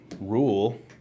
rule